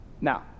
Now